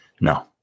No